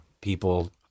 people